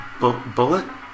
Bullet